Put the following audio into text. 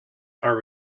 are